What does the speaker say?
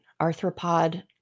arthropod